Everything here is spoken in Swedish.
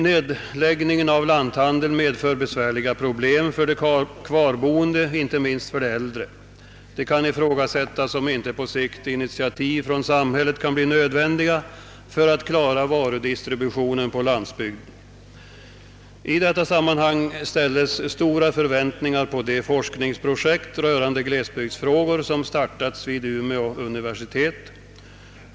Nedläggningen av lanthandeln medför besvärliga problem för de kvarboende, inte minst för de äldre. Det kan ifrågasättas om inte på sikt initiativ från samhället kan bli nödvändiga för att klara varudistributionen på landsbygden. I detta sammanhang ställs stora förväntningar på de forskningsprojekt rörande glesbygdsfrågor som startats vid Umeå universitet.